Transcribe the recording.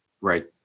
Right